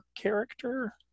character